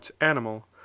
animal